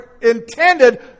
intended